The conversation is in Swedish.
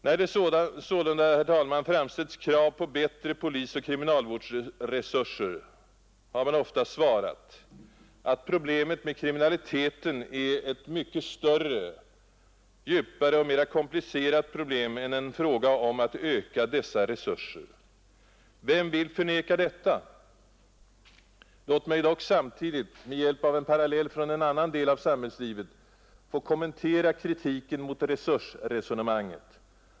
När det sålunda framställts krav på bättre polisoch kriminalvårdsresurser har man ofta svarat, att problemet med kriminaliteten är ett mycket större, djupare och mer komplicerat problem än en fråga om att öka dessa resurser. Vem vill förneka detta? Låt mig dock samtidigt med hjälp av en parallell från en annan del av samhällslivet få kommentera kritiken mot resursresonemanget.